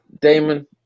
Damon